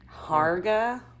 Harga